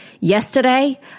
yesterday